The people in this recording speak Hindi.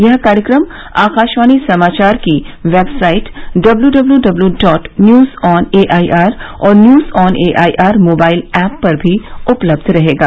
यह कार्यक्रम आकाशवाणी समाचार की website W W W dot news on AIR और news on AIR mobile app पर भी उपलब्ध रहेगा